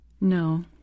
No